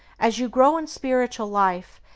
as you grow in spiritual life,